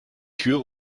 tür